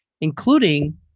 including